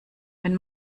wenn